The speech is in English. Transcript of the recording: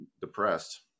depressed